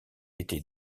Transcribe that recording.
était